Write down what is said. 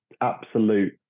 absolute